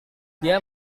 dia